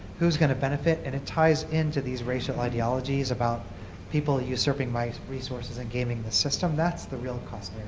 who it's going to benefit and it ties into these racial ideologies, about people usurping my resources and gaming the system. that's the real cost